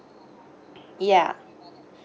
ya